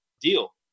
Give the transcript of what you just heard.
deal